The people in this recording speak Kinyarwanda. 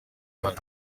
ahari